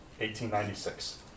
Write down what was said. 1896